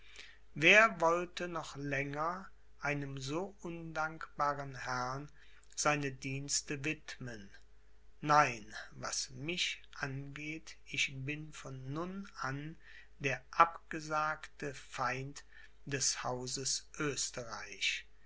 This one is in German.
wer wollte noch länger einem so undankbaren herrn seine dienste widmen nein was mich angeht ich bin von nun an der abgesagte feind des hauses